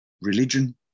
religion